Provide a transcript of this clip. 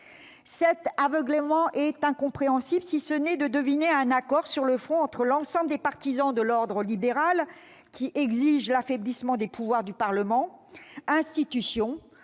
Cet aveuglement est incompréhensible, à moins de supposer qu'il existe un accord sur le fond entre l'ensemble des partisans de l'ordre libéral qui exige l'affaiblissement des pouvoirs du Parlement, institution